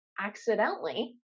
accidentally